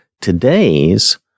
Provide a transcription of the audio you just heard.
today's